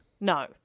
No